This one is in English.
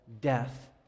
death